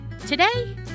Today